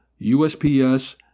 USPS